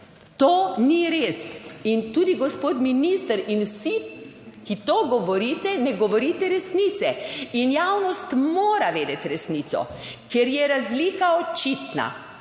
to ni res. In tudi gospod minister in vsi, ki to govorite, ne govorite resnice in javnost mora vedeti resnico, ker je razlika očitna.